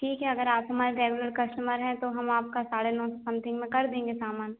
ठीक है अगर आप हमारे रेगुलर कस्टमर हैं तो हम आपका साढ़े नौ सौ समथिंग में कर देंगे सामान